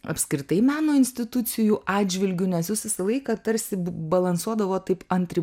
apskritai meno institucijų atžvilgiu nes jūs visą laiką tarsi balansuodavot taip ant ri